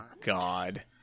god